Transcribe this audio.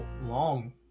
long